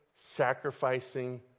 sacrificing